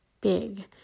big